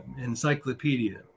encyclopedia